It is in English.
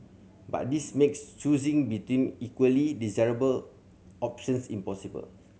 but this makes choosing between equally desirable options impossible